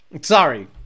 Sorry